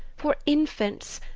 for infants,